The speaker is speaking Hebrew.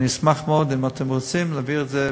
אשמח מאוד, אם אתם רוצים, להעביר את זה,